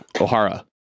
O'Hara